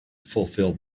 fulfil